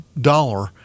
dollar